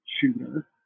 shooter